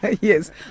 Yes